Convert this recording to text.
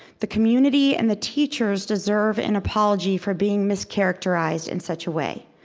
the community and the teachers deserve an apology for being mischaracterized in such a way.